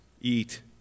eat